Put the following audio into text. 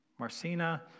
Marcina